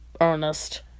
earnest